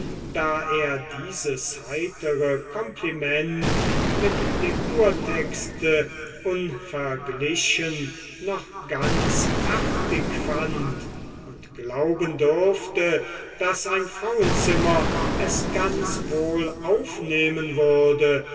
da er dieses heitere kompliment mit dem urtexte unverglichen noch ganz artig fand und glauben durfte daß ein frauenzimmer es ganz wohl aufnehmen würde